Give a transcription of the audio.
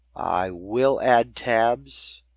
i will add tabs.